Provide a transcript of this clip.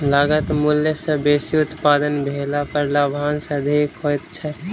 लागत मूल्य सॅ बेसी उत्पादन भेला पर लाभांश अधिक होइत छै